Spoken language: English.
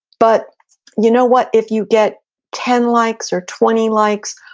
but you know what? if you get ten likes or twenty likes,